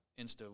Insta